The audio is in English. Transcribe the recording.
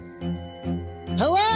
hello